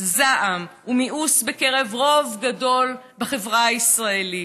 זעם ומיאוס בקרב רוב גדול בחברה הישראלית.